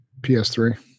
PS3